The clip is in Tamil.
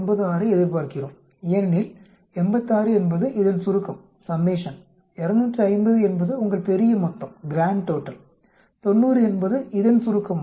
96ஐ எதிர்பார்க்கிறோம் ஏனெனில் 86 என்பது இதன் சுருக்கம் 250 என்பது உங்கள் பெரிய மொத்தம் 90 என்பது இதன் சுருக்கம் ஆகும்